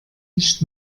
nicht